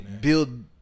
build